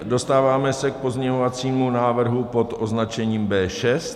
Dostáváme se k pozměňovacímu návrhu pod označením B6.